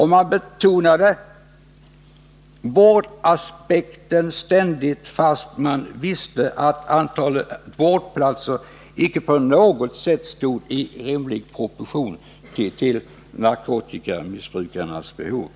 Man betonade ständigt vårdaspekten, fastän man visste att antalet vårdplatser icke på något sätt stod i rimlig proportion till narkotikamissbrukarnas behov.